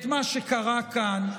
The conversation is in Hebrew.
את מה שקרה כאן.